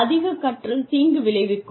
அதிக கற்றல் தீங்கு விளைவிக்கும்